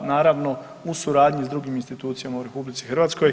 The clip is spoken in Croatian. Naravno u suradnji s drugim institucijama u RH.